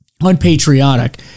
unpatriotic